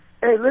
hey